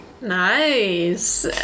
nice